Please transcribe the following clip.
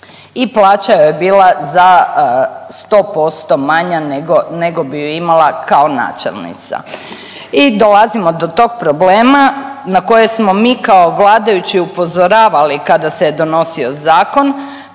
i plaća joj je bila za 100% manja nego, nego bi ju imala kao načelnica. I dolazimo do tog problema na koje smo mi kao vladajući upozoravali kada se je donosio zakon